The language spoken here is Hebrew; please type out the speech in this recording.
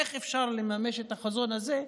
איך אפשר לממש את החזון הזה?